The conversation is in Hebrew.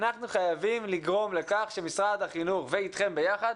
אנחנו חייבים לגרום לכך שמשרד החינוך אתכם ביחד